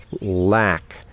lack